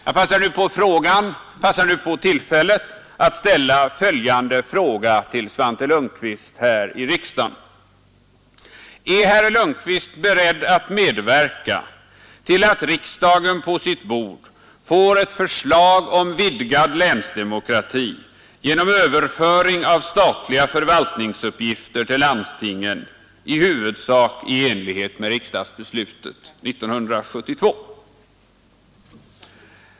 Jag passar nu på tillfället att ställa följande fråga till Svante Lundkvist här i riksdagen: Är herr Lundkvist beredd att medverka till att riksdagen på sitt bord får ett förslag om vidgad länsdemokrati genom överföring av statliga förvaltningsenheter till landstingen, i huvudsak enligt riksdagsbeslutet 1972?